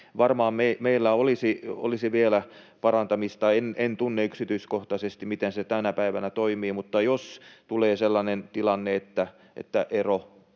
varmaan meillä olisi vielä parantamista. En tunne yksityiskohtaisesti, miten se tänä päivänä toimii, mutta jos tulee sellainen tilanne, että ero